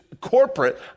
corporate